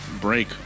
break